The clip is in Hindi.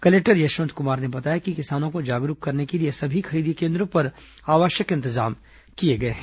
कलेक्टर यशवंत कुमार ने बताया कि किसानों को जागरूक करने के लिए सभी खरीदी केंद्रों पर आवश्यक इंतजाम किए गए हैं